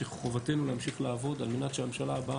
שחובתנו להמשיך לעבוד על מנת שהממשלה הבאה,